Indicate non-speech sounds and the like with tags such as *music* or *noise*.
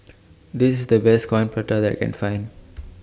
This IS The Best Coin Prata that I Can Find *noise*